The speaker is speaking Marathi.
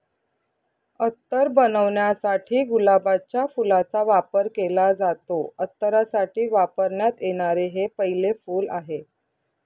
अत्तर बनवण्यासाठी गुलाबाच्या फुलाचा वापर केला जातो, अत्तरासाठी वापरण्यात येणारे हे पहिले फूल आहे